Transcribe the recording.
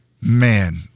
man